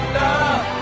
love